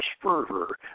fervor